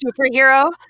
superhero